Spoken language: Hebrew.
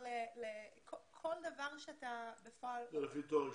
זה לפי תואר ראשון.